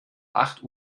acht